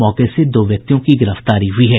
मौके से दो व्यक्तियों की गिरफ्तारी हुई है